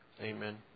Amen